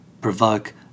provoke